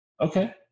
Okay